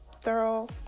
thorough